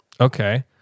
Okay